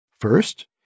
First